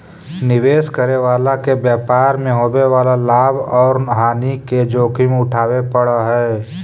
निवेश करे वाला के व्यापार मैं होवे वाला लाभ औउर हानि के जोखिम उठावे पड़ऽ हई